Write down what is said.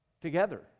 together